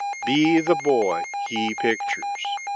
be the boy he pictures.